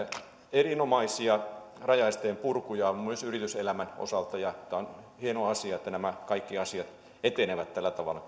erinomaisia rajaesteen purkuja on myös yrityselämän osalta ja tämä on hieno asia että nämä kaikki asiat etenevät tällä tavalla